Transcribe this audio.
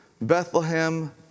Bethlehem